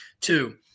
Two